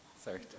sorry